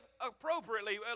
appropriately